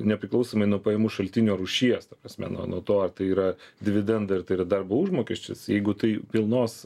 nepriklausomai nuo pajamų šaltinio rūšies ta prasme nuo nuo to ar tai yra dividendai ar tai yra darbo užmokestis jeigu tai pilnos